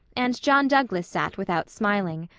and john douglas sat without smiling.